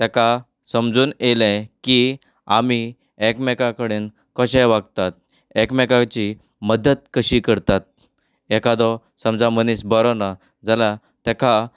तेका समजून येयलें की आमी एकमेकां कडेन कशें वागतात एकमेकाची मदत कशी करतात एकादो समजा मनीस बरो ना जाल्यार तेका